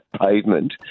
pavement